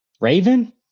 Raven